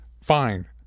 Fine